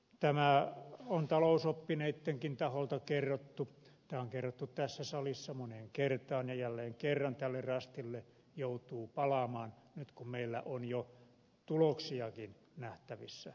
tämä on talousoppineittenkin taholta kerrottu tämä on kerrottu tässä salissa moneen kertaan ja jälleen kerran tälle rastille joutuu palaamaan nyt kun meillä on jo tuloksiakin nähtävissä